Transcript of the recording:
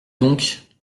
donc